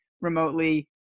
remotely